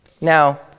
Now